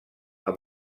amb